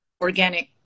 organic